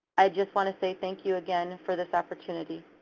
i just wanna say thank you again for this opportunity.